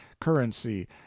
currency